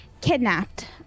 kidnapped